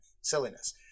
silliness